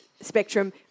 spectrum